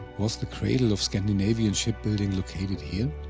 was the cradle of scandinavian shipbuilding located here?